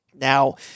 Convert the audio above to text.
Now